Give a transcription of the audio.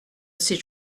ces